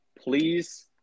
please